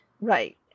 Right